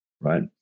right